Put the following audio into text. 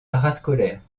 parascolaire